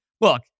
Look